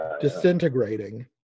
disintegrating